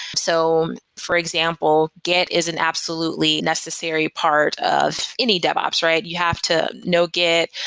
so for example, git is an absolutely necessary part of any devops, right? you have to know git,